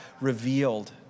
revealed